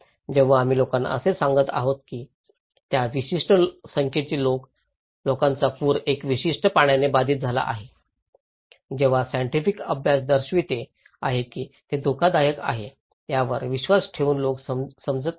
जेव्हा आम्ही लोकांना असे सांगत आहोत की त्या विशिष्ट संख्येने लोकांचा पूर एका विशिष्ट पाण्याने बाधित झाला आहे तेव्हा सायन्टिफिक अभ्यास दर्शवित आहेत की हे धोकादायक आहे यावर विश्वास ठेवून लोक समजत नाहीत